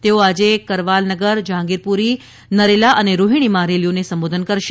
તેઓ આજે કરવાલનગર જહાંગીરપુરી નરેલા અને રોફીણીમાં રેલીઓને સંબોધન કરશે